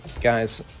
guys